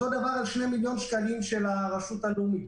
אותו דבר לגבי שני מיליון השקלים של הרשות הלאומית.